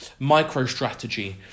MicroStrategy